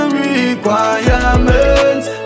requirements